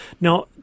Now